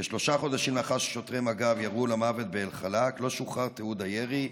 כשלושה חודשים לאחר ששוטרי מג"ב ירו למוות באלחלאק לא שוחרר תיעוד הירי,